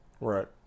Right